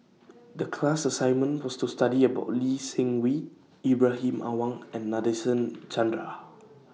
The class assignment was to study about Lee Seng Wee Ibrahim Awang and Nadasen Chandra